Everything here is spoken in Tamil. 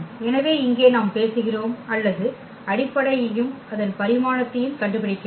எனவே இங்கே நாம் பேசுகிறோம் அல்லது அடிப்படையையும் அதன் பரிமாணத்தையும் கண்டுபிடிக்கிறோம்